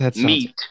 meat